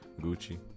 Gucci